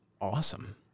Awesome